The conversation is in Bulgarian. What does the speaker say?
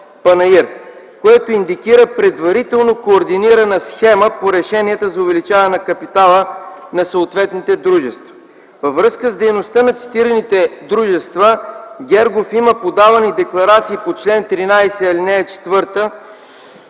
което индикира предварително координирана схема по решенията за увеличаване капитала на съответните дружества. Във връзка с дейността на цитираните дружества, Гергов има подавани декларации по чл. 13, ал. 4